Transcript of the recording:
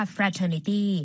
Fraternity